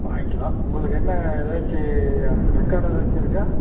வாங்கிக்கலாம் உங்களுக்கு என்ன ஏதாச்சி அ ரெக்கார்டு ஏதாச்சும் இருக்கா